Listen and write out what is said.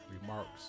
remarks